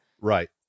Right